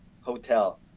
Hotel